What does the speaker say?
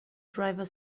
driver